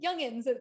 youngins